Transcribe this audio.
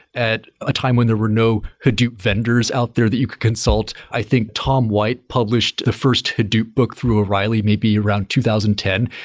at a time when there were no hadoop vendors out there that you could consult. i think tom white published the first hadoop book through o'reilly, maybe around two thousand and ten.